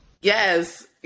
yes